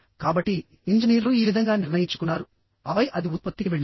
కాబట్టి ఇంజనీర్లు ఈ విధంగా నిర్ణయించుకున్నారు ఆపై అది ఉత్పత్తికి వెళ్ళింది